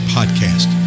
Podcast